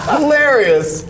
Hilarious